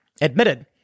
admitted